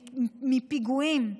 מפיגועים,